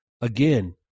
Again